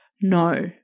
No